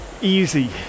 easy